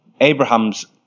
Abraham's